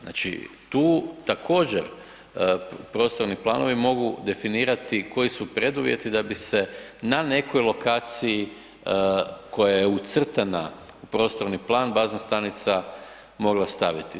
Znači tu također prostorni planovi mogu definirati koji su preduvjeti da bi se na nekoj lokaciji koja je ucrtana u prostorni plan bazna stanica mogla staviti.